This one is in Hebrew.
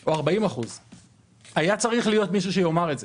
או 40%. היה צריך להיות מישהו שיאמר את זה.